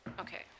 okay